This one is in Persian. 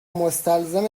مستلزم